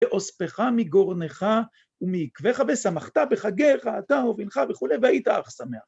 ‫שאוספך מגורנך ומעקביך ‫ושמחת בחגך, אתה, אבינך וכו', ‫והיית אח שמח.